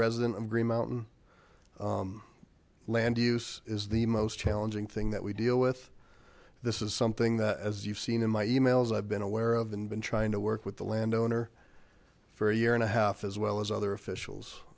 resident of green mountain land use is the most challenging thing that we deal with this is something that as you've seen in my emails i've been aware of and been trying to work with the landowner for a year and a half as well as other officials